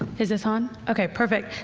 ah is this on? okay perfect.